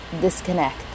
disconnect